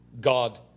God